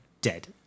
Dead